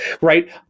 right